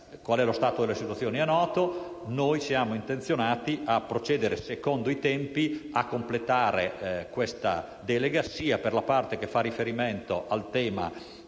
vista, lo stato delle situazioni è noto. Noi siamo intenzionati a procedere, secondo i tempi, a completare questa delega per la parte che fa riferimento al tema